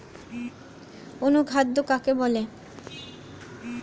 অনুখাদ্য কাকে বলে?